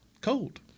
cold